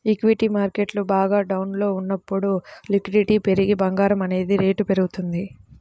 equity market బాగా డౌన్లో ఉన్నప్పుడు లిక్విడిటీ పెరిగి బంగారం అనేది రేటు పెరుగుతుంది